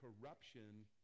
corruption